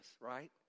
right